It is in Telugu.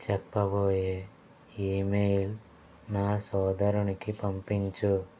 చెప్పబోయే ఈమెయిల్ నా సోదరునికి పంపించు